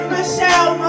Michelle